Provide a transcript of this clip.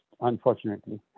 unfortunately